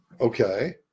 Okay